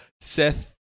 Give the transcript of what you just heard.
Seth